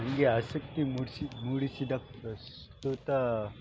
ನನಗೆ ಆಸಕ್ತಿ ಮೂಡಿಸಿ ಮೂಡಿಸಿದ ಪ್ರಸ್ತುತ